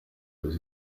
los